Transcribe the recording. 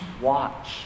watch